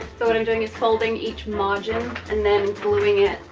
so what i'm doing is folding each margin and then gluing it